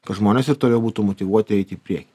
kad žmonės ir toliau būtų motyvuoti eit į priekį